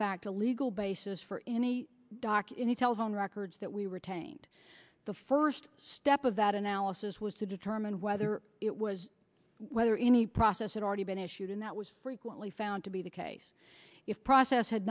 fact a legal basis for any doc in the telephone records that we retained the first step of that analysis was to determine whether it was whether any process had already been issued and that was frequently found to be the case if process had